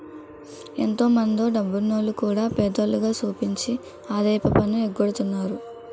ఎంతో మందో డబ్బున్నోల్లు కూడా పేదోల్లుగా సూపించి ఆదాయపు పన్ను ఎగ్గొడతన్నారు